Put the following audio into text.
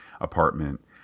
apartment